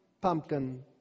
pumpkin